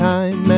Time